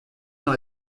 dans